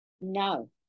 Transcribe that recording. No